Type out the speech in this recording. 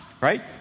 Right